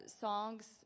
songs